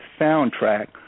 soundtrack